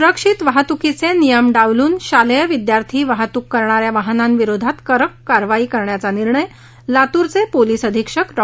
सुरक्षित वाहतुकीचे नियम डावलून शालेय विद्यार्थी वाहतूक करणाऱ्या वाहनांविरोधात कडक कारवाई करण्याचा निर्णय लातूरचे पोलिस अधीक्षक डॉ